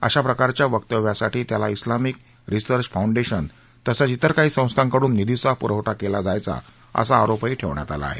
अशाप्रकारच्या वक्तव्यांसाठी त्याला उलामिक रिसर्च फाऊंडेशन तसंच तिर काही संस्थांकडून निधीचा पुरवठा केला जायचा असा आरोपही ठेवण्यात आला आहे